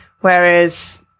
Whereas